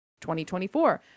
2024